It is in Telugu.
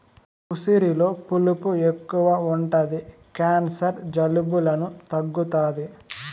ఉసిరిలో పులుపు ఎక్కువ ఉంటది క్యాన్సర్, జలుబులను తగ్గుతాది